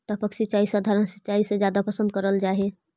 टपक सिंचाई सधारण सिंचाई से जादा पसंद करल जा हे